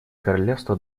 королевство